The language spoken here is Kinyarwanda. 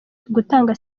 gutanga